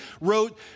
wrote